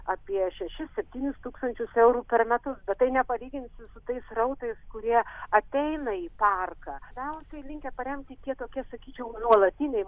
apie šešis septynis tūkstančius eurų per metus bet tai nepalyginsi su tais srautais kurie ateina į parką labiausiai linkę paremti tie tokie sakyčiau nuolatiniai